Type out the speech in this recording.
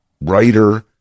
writer